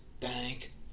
thank